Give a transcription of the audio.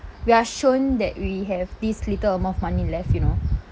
we are shown that we have this little amount of money left you know